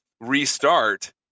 restart